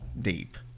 deep